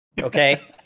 okay